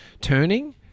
turning